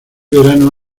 verano